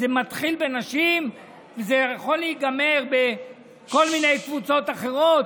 זה מתחיל בנשים וזה יכול להיגמר בכל מיני קבוצות אחרות.